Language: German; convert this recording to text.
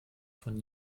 von